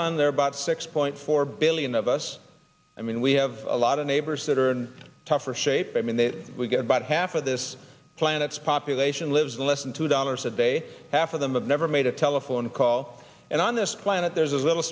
sun there are about six point four billion of us i mean we have a lot of neighbors that are in tougher shape i mean that we get about half of this planet's population lives less than two dollars a day half of them have never made a telephone call and on this planet there's a little